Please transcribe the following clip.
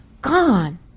Gone